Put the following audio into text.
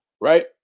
right